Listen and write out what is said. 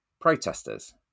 protesters